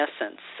essence